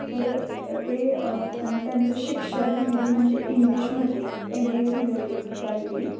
तर ते त्यांचं शिक्षण मेन म्हणजे इंग्लिशमध्ये एम ए झाले होते ते त्यावेळी